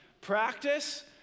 Practice